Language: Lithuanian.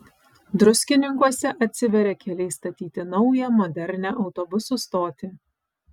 druskininkuose atsiveria keliai statyti naują modernią autobusų stotį